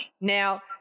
Now